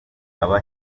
aba